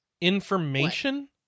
Information